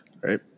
right